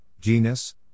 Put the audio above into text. genus